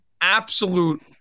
absolute